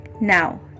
Now